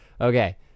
okay